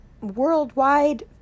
worldwide